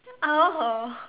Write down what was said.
oh